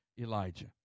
Elijah